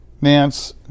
Nance